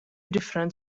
different